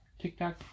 TikTok